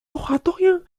oratoriens